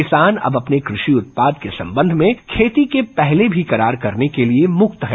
किसान अब अपने कृषि उत्पाद के संबंध में खेती के पहले भी करार करने के लिए मुक्त है